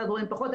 רואים פחות.